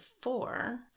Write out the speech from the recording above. four